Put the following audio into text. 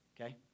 Okay